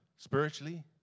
Spiritually